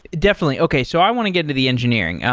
definitely. okay. so i want to get to the engineering.